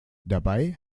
dabei